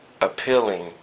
appealing